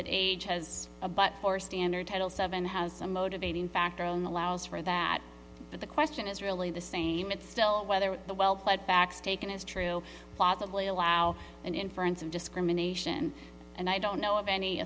that age has a but for standard title seven has a motivating factor in allows for that but the question is really the same it's still whether the well cut backs taken is true possibly allow an inference of discrimination and i don't know of any